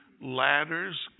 ladders